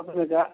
अपनेके